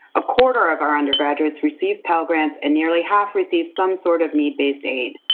a quarter of our undergraduates receive pell grants and nearly half receive some sort of need-based aid.